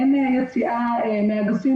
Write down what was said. אין כמעט יציאה מהאגפים,